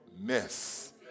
mess